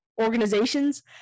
organizations